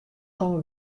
komme